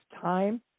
time